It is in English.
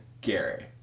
Gary